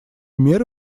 меры